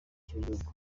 gihugu